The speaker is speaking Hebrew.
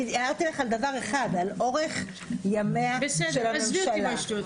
אני הערתי לך על דבר אחד, על אורך ימיה של הממשלה.